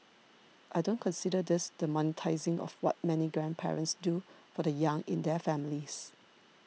I don't consider this the monetising of what many grandparents do for the young in their families